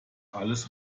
alles